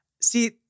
See